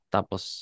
Tapos